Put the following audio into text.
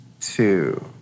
two